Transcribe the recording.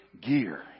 gear